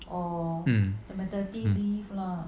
um